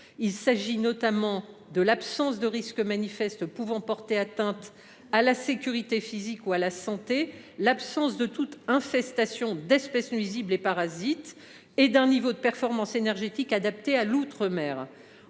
Il s’agit notamment de l’absence de risque manifeste pouvant porter atteinte à la sécurité physique ou à la santé, de l’absence de toute infestation d’espèces nuisibles et parasites et d’un niveau de performance énergétique adapté à l’outre mer.